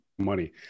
money